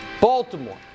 Baltimore